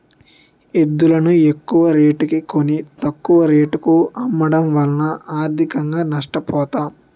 ఎద్దులును ఎక్కువరేటుకి కొని, తక్కువ రేటుకు అమ్మడము వలన ఆర్థికంగా నష్ట పోతాం